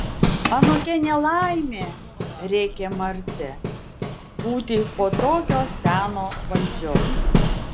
anokia ne laimė rėkė marcė būti po tokio seno valdžios